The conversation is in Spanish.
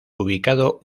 ubicado